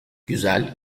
güzel